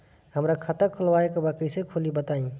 हमरा खाता खोलवावे के बा कइसे खुली बताईं?